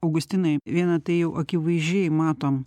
augustinai viena tai jau akivaizdžiai matom